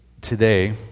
today